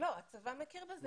הצבא מכיר בזה.